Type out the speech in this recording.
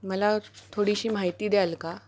मला थोडीशी माहिती द्याल का